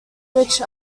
which